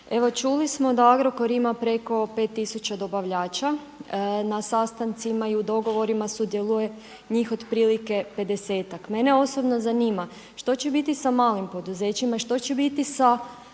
čuli smo da Agrokor ima preko 5 tisuća dobavljača. Na sastancima i dogovorima sudjeluje njih otprilike 50-tak. Mene osobno zanima, što će biti sa malim poduzećima i što će biti sa